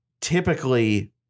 typically